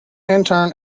intern